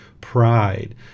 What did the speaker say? pride